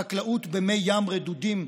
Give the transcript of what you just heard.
חקלאות במי ים רדודים,